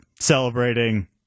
celebrating